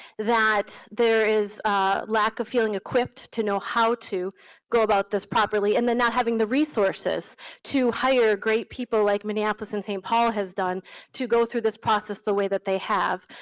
that there is a lack of feeling equipped to know how to go about this properly and then not having the resources to hire great people like minneapolis and st. paul has done to go through this process the way that they have.